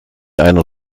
einer